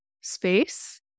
space